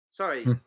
Sorry